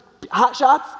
hotshots